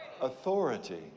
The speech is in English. authority